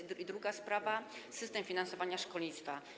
I druga sprawa - system finansowania szkolnictwa.